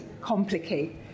complicate